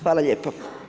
Hvala lijepo.